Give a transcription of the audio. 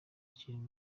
kintu